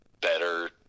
better